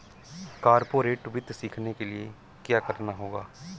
corporate वित्त सीखने के लिया क्या करना होगा